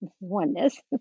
oneness